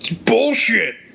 Bullshit